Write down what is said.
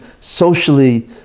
socially